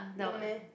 no meh